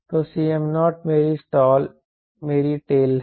तो Cm0 मेरी टेल है